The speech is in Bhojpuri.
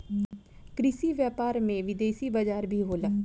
कृषि व्यापार में में विदेशी बाजार भी होला